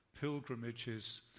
pilgrimages